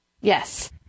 Yes